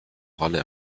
rolle